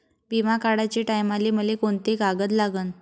बिमा काढाचे टायमाले मले कोंते कागद लागन?